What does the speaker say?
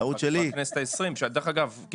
דרך אגב,